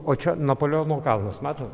o čia napoleono kalnas matot